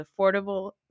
affordable